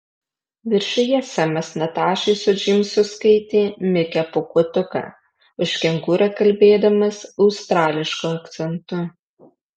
viršuje semas natašai su džeimsu skaitė mikę pūkuotuką už kengūrą kalbėdamas australišku akcentu